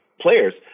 players